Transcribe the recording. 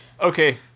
Okay